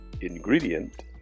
ingredient